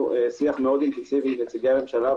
שיח מאוד אינטנסיבי עם נציגי הממשלה,